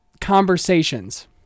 conversations